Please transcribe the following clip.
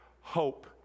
hope